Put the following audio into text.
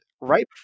right